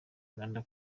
rwanda